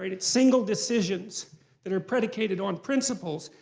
i mean it's single decisions that are predicated on principles,